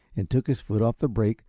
and took his foot off the brake,